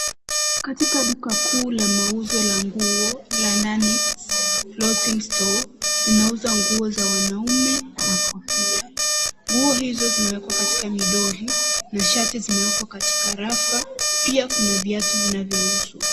Katika duka kuu la mauzo ya nguo, la Manix clothing store, linauza nguo za wanaume na kofia. Nguo hizo zimewekwa kwenye midoli, na shati zimewekwa katika rafa, pia kuna viatu vinavyouzwa.